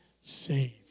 saved